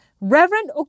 Reverend